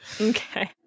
okay